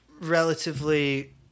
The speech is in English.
relatively